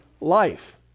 life